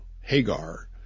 Hagar